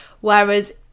Whereas